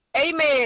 amen